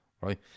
right